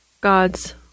God's